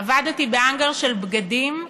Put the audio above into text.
עבדתי בהאנגר של בגדים,